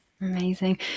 Amazing